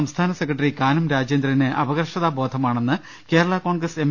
സംസ്ഥാന സെക്രട്ടറി കാനം രാജേന്ദ്രന് അപകർഷതാ ബോധമാണെന്ന് കേരള കോൺഗ്രസ് എം